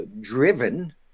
driven